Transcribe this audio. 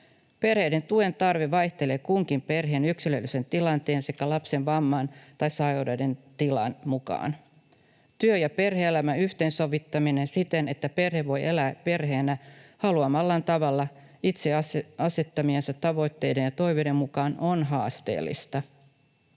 Perheiden tuen tarve vaihtelee kunkin perheen yksilöllisen tilanteen sekä lapsen vamman tai sairauden tilan mukaan. Työ- ja perhe-elämän yhteensovittaminen siten, että perhe voi elää perheenä haluamallaan tavalla itse asettamiensa tavoitteiden ja toiveiden mukaan, on haasteellista.